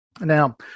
Now